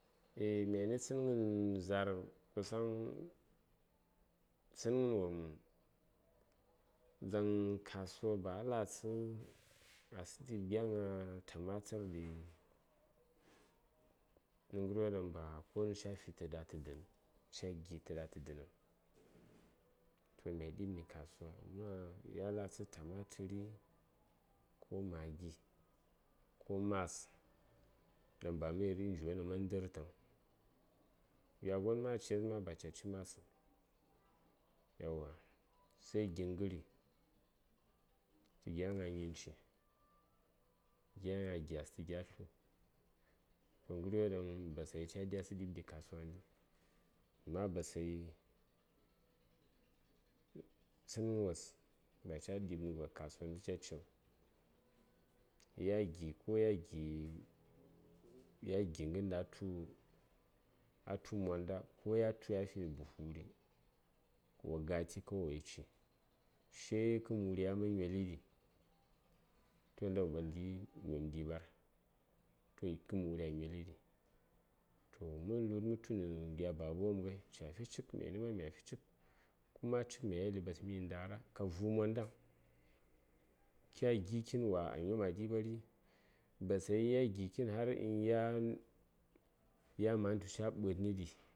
Eah myani tsənghən za:r kusan tsəngən wom dzaŋ kasuwa ba latsə a saŋ ɗi:b gya gna tamatər ɗi nə ghəryo ɗaŋ ba konu ca fitə ɗatə dənəŋ ca gi:tə ɗatə danəŋ toh mya di:b ɗi kasuwa amma ya latsə tamatəri tə maggi ko mas gya gon ma cikges ba ca ci masəŋ yauwa ai gingiri ko nyinci gya gna gys tə gya tlu toh ghəryo ɗaŋ basayi ca diya sən ɗi:bɗi kasuwa ghəndi amma basayi tsənghən wos ba ca ɗi:bni gos kasuwa ghənda ca ciŋ ya gi ko ya gi ya gi ghən ɗaŋ a tu monda ko ya tu afi buhu wuri wo gati kawai woyi ci sai kə muri ya nyoli ɗi toh inda wo nyom gi ɗiɓar toh kə muri a nyoli ɗi yoh mə lu:d mətuni gya baba wopm ghai ca fi cik myani ma mya fi cik kuma a cik mya yeli ɓasmi yi ndara ka vu: mondaŋ kya gi: kitn wa a nyom a ɗiɓari basayi ya gi kitn tu har ya ma:n tu ca ɓə:dnəɗi